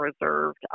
reserved